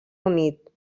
unit